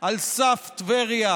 על סף טבריה,